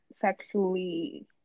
sexually